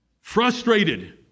frustrated